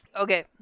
Okay